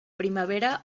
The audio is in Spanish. primavera